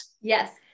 yes